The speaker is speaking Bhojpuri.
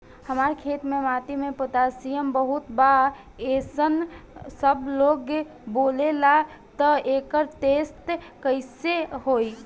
हमार खेत के माटी मे पोटासियम बहुत बा ऐसन सबलोग बोलेला त एकर टेस्ट कैसे होई?